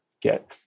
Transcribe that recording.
get